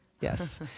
Yes